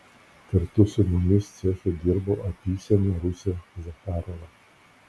kartu su mumis ceche dirbo apysenė rusė zacharova